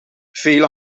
vele